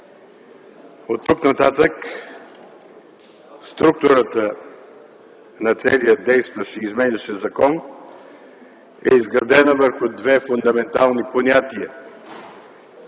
Оттук нататък структурата на целия действащ и изменящ се закон е изградена върху две фундаментални понятия